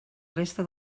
resta